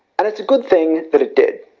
and it is a good thing, that it did.